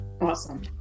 awesome